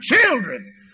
children